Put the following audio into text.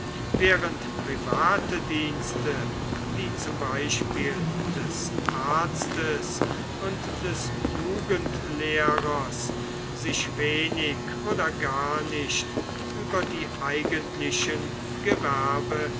während private dienste wie zum beispiel des arztes und des jugendlehrers sich wenig oder gar nicht über die eigentlichen